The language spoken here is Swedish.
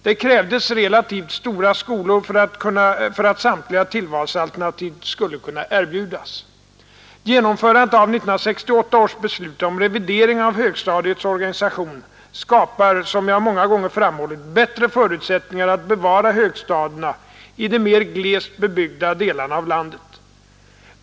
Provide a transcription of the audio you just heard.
Det krävdes relativt stora skolor för att samtliga tillvalsalternativ skulle kunna erbjudas. Genomförandet av 1968 års beslut om revidering av högstadiets organisation skapar, som jag många gånger framhållit, bättre förutsättningar att bevara högstadierna i de mer glest bebyggda delarna av landet.